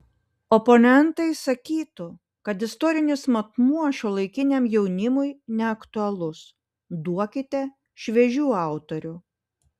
oponentai sakytų kad istorinis matmuo šiuolaikiniam jaunimui neaktualus duokite šviežių autorių